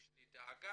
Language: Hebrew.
יש לי דאגה,